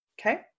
Okay